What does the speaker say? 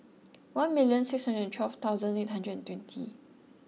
one million six hundred and twelve thousand eight hundred and twenty